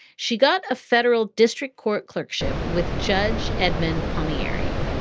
she got a federal district court clerkship with judge edmond palmieri